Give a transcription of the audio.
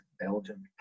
Belgium